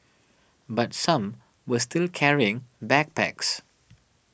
but some were still carrying backpacks